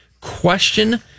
question